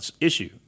issue